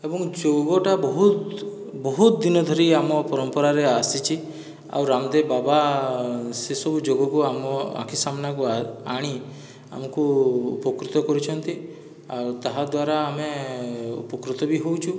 ଏବଂ ଯୋଗଟା ବହୁତ ବହୁତ ଦିନ ଧରି ଆମ ପରମ୍ପରାରେ ଆସିଛି ଆଉ ରାମଦେବ ବାବା ସେସବୁ ଯୋଗକୁ ଆମ ଆଖି ସାମ୍ମାନାକୁ ଆଣି ଆମକୁ ଉପକୃତ କରିଛନ୍ତି ଆଉ ତାହା ଦ୍ଵାରା ଆମେ ଉପକୃତ ବି ହେଉଛୁ